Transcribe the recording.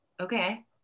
Okay